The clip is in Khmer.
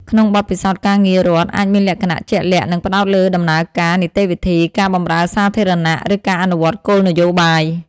ក្នុងបទពិសោធន៍ការងាររដ្ឋអាចមានលក្ខណៈជាក់លាក់ និងផ្តោតលើដំណើរការ នីតិវិធី ការបម្រើសាធារណៈ ឬការអនុវត្តគោលនយោបាយ។